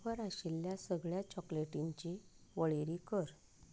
offer आशिल्ल्या सगळ्या चॉकलेटींची वळेरी कर